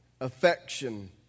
affection